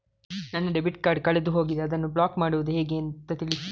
ನನ್ನ debit card ಕಳೆದು ಹೋಗಿದೆ, ಅದನ್ನು ಬ್ಲಾಕ್ ಮಾಡುವುದು ಹೇಗೆ ಅಂತ ತಿಳಿಸಿ?